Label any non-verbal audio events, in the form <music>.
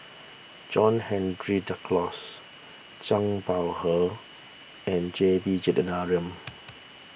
John Henry Duclos Zhang Bohe and J B <unintelligible>